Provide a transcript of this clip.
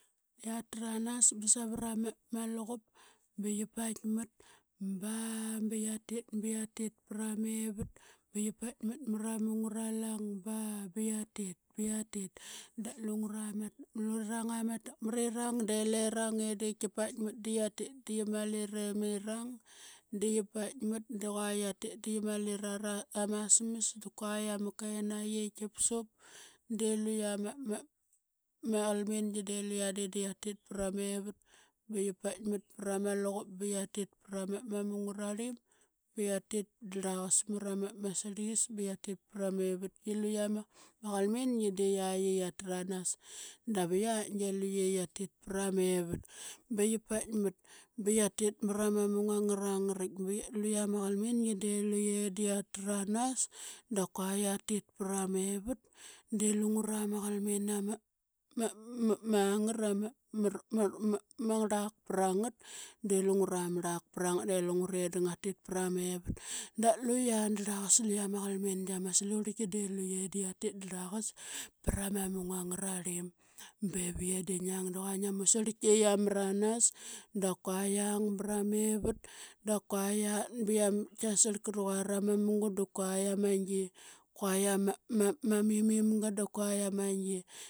Qia tranas ba savra ma ma luqup ba qi paikmat ba ba qiatit ba qiatit pra mevat ba qi paikmat ma ra ma mung angaralang ba ba qiatit ba qiatit. Da lerang aa ma takmarirang de lerang i de ki paikmat da qiatit da qia mali ramirang da qia paikmat da qua qiatit da qia mali ra ma smas da kua ama kenaqi tkipsup. De luqia qalmingi de luqia de da qiatit pra mevat ba qia paikmat pra ma luqup ba qia tit pra ma, ma munga rarlim ba qia tit drlaqas mra ma srliqias ba qia tit pra mevatki. Liqia ma, ma qalmingi de qiaitk i qiatranas, davi yiaitk de luqe qia tit pra mevat ba qi paikmat ba qia tit mara ma munga aa ngarangaritk. Luqia ma qalmingi de luqe da qia tranas da kua qia tit pra mevat de lungura ma qalmin ama rlak para ngat. De lungura ma rlak para ngat de lungure da ngatit para mevat da luqia drlaqas luqia ma qalmingia ma slurlki de luqe da qia tit drlaqas pra ma mung aa ngrarlim. Bevi ye de ngiang du qua ngia musarki qia qiamranas da kua qiang bara mevat da kua qiat ba kia sarlkat qua ra ma munga da kua qia ma gi kua qiama mimim ga da kua qiama gi.